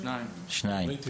שניים בעד.